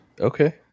Okay